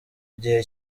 igihe